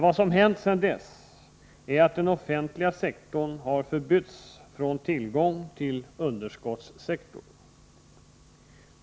Vad som hänt sedan dess är att den offentliga sektorn har förbytts från tillgångssektor till underskottssektor.